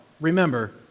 remember